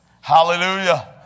Hallelujah